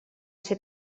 ser